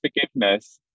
forgiveness